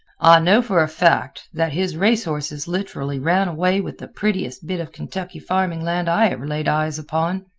know for a fact, that his race horses literally ran away with the prettiest bit of kentucky farming land i ever laid eyes upon.